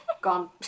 Gone